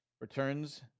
returns